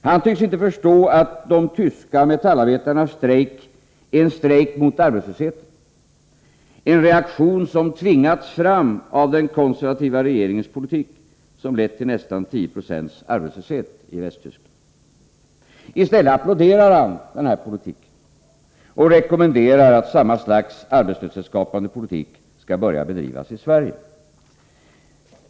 Han tycks inte förstå att de tyska metallarbetarnas strejk är en strejk mot arbetslösheten, en reaktion som tvingats fram av den konservativa regeringens politik, vilken lett till en arbetslöshet i Västtyskland på nästan 10 96. I stället applåderar han den politiken och rekommenderar att samma slags arbetslöshetsskapande politik skall börja bedrivas i Sverige.